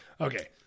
Okay